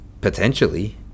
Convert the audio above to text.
potentially